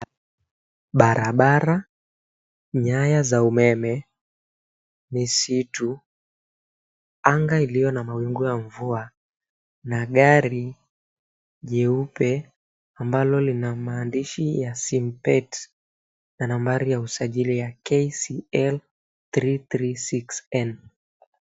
Barabara, nyaya za umeme, misitu, anga iliyo na mawingu ya mvua, na gari jeupe ambalo lina maandishi ya, Simpet, na nambari ya usajili ya KCL 336N.